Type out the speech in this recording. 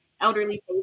elderly